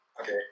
Okay